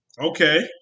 Okay